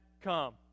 come